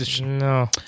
No